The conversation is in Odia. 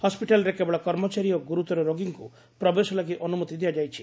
ହସ୍ପିଟାଲରେ କେବଳ କର୍ମଚାରୀ ଓ ଗୁରୁତର ରୋଗୀଙ୍କୁ ପ୍ରବେଶ ଲାଗି ଅନୁମତି ଦିଆଯାଇଛି